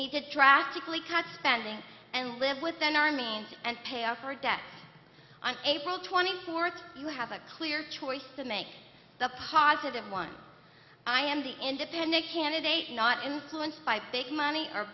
to drastically cut spending and live within our means and pay off our debt on april twenty fourth you have a clear choice to make the positive one i am the independent candidate not influenced by big money o